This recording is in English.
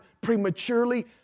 prematurely